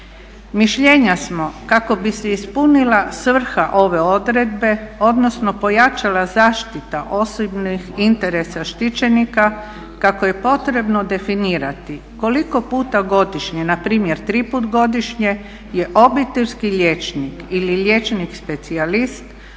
Mišljenja smo kako bi se ispunila svrha ove odredbe, odnosno pojačala zaštita osobnih interesa štićenika kako je potrebno definirati koliko puta godišnje, npr. 3 puta godišnje je obiteljski liječnik ili liječnik specijalist